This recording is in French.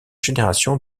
génération